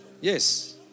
Yes